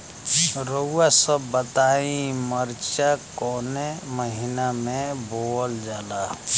रउआ सभ बताई मरचा कवने महीना में बोवल जाला?